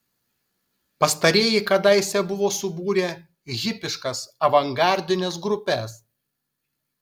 pastarieji kadaise buvo subūrę hipiškas avangardines grupes